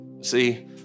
See